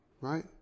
right